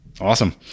Awesome